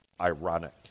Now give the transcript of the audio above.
ironic